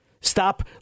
Stop